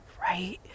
right